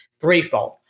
threefold